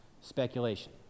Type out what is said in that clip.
speculation